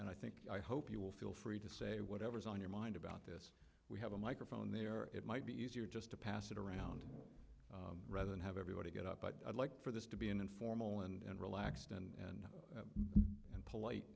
and i think i hope you will feel free to say whatever's on your mind about this we have a microphone they are it might be easier just to pass it around rather than have everybody get up but i'd like for this to be an informal and relaxed and and polite